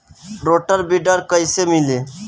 Rotor weeder कईसे मिले?